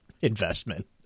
investment